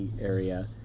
area